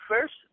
first